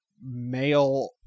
male